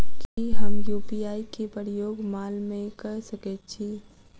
की हम यु.पी.आई केँ प्रयोग माल मै कऽ सकैत छी?